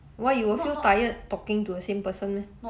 why you feel tired talking to a same person meh